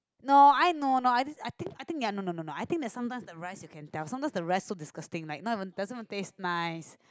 no I know no I think I think no no no I think that sometimes the rice you tell sometimes the rice is disgusting right no even doesn't taste nice